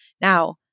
Now